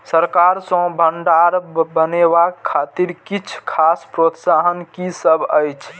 सरकार सँ भण्डार बनेवाक खातिर किछ खास प्रोत्साहन कि सब अइछ?